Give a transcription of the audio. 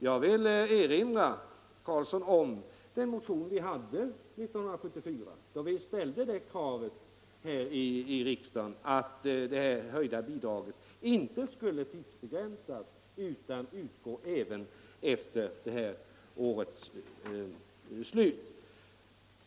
Jag vill erinra herr Karlsson om den motion vi väckte 1973, då vi ställde kravet här i riksdagen att det höjda bidraget inte skulle tidsbegränsas utan utgå även efter årets slut.